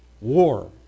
war